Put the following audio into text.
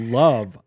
love